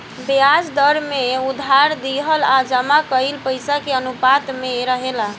ब्याज दर में उधार दिहल आ जमा कईल पइसा के अनुपात में रहेला